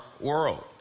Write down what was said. world